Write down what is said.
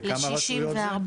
לכמה רשויות זה?